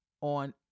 on